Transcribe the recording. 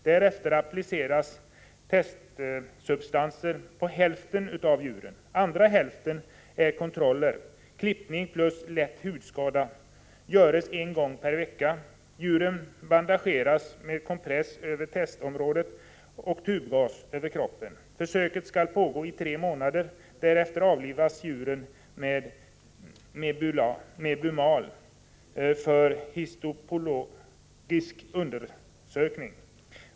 Därefter appliceras testsubstansen på hälften av djuren. Andra hälften är kontroller. Klippning + lätt hudskada görs 1 gång/vecka. Djuren bandageras med kompress över testområdet samt tubgas över kroppen. Försöket skall pågå i 3 månader. Därefter avlivas djuren med mebumal för histopatologisk undersökning.